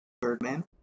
Birdman